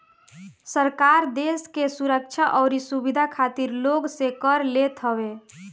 सरकार देस के सुरक्षा अउरी सुविधा खातिर लोग से कर लेत हवे